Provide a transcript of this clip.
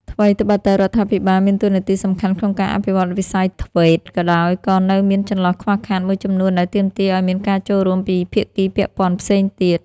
ថ្វីដ្បិតតែរដ្ឋាភិបាលមានតួនាទីសំខាន់ក្នុងការអភិវឌ្ឍវិស័យ ធ្វេត TVET ក៏ដោយ ក៏នៅមានចន្លោះខ្វះខាតមួយចំនួនដែលទាមទារឱ្យមានការចូលរួមពីភាគីពាក់ព័ន្ធផ្សេងទៀត។